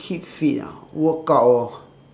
keep fit ah workout orh